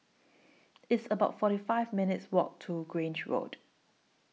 It's about forty five minutes' Walk to Grange Road